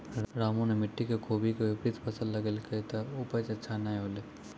रामू नॅ मिट्टी के खूबी के विपरीत फसल लगैलकै त उपज अच्छा नाय होलै